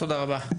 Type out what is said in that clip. תודה רבה.